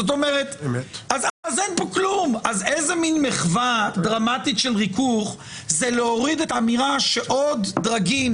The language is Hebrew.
אז איזו מין מחווה דרמטית של ריכוך זה להוריד את האמירה שעוד דרגים